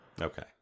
Okay